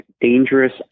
dangerous